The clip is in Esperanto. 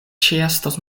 ĉeestos